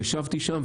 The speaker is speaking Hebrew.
אני ישבתי שם,